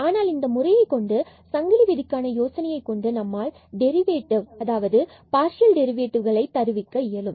ஆனால் இந்த முறையைக் கொண்டு சங்கிலி விதிக்கான யோசனையை கொண்டு நம்மால் டெரிவேட்டிவ்களை பார்சியல் டெரிவேட்டிவ்களைக் கொண்டு தருவிக்க இயலும்